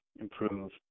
improve